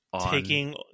taking